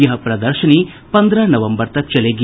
यह प्रदर्शनी पन्द्रह नवम्बर तक चलेगी